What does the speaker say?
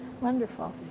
wonderful